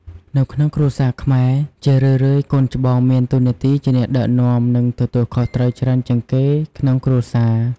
នៅក្នុងគ្រួសារខ្មែរ ជារឿយៗកូនច្បងមានតួនាទីជាអ្នកដឹកនាំ និងទទួលខុសត្រូវច្រើនជាងគេក្នុងគ្រួសារ។